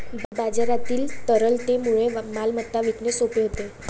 बाजारातील तरलतेमुळे मालमत्ता विकणे सोपे होते